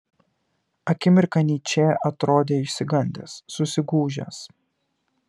akimirką nyčė atrodė išsigandęs susigūžęs